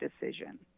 decision